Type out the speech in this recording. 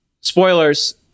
Spoilers